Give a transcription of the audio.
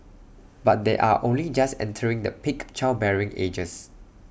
but they are only just entering the peak childbearing ages